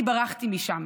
אני ברחתי משם